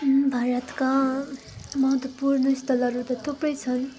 भारतका महत्त्वपूर्ण स्थलहरू त थुप्रै छन्